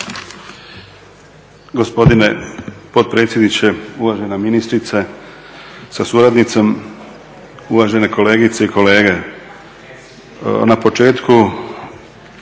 Hvala i vama.